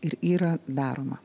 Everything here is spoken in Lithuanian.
ir yra daroma